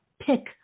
pick